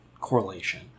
correlation